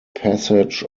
passage